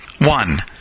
One